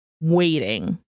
waiting